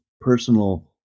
personal